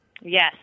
Yes